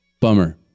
Bummer